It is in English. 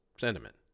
sentiment